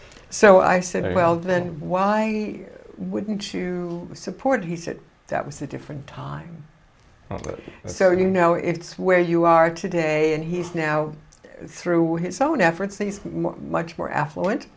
so i said well then why wouldn't you support he said that was a different time so you know it's where you are today and he's now through his own efforts these much more affluent